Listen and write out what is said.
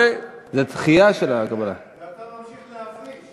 אולי בגיל 90. זה דחייה של, ואתה ממשיך להפריש.